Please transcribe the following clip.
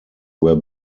were